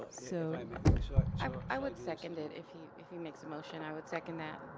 ah so i mean shall i i would second it if he if he makes a motion, i would second that.